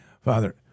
Father